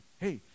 hey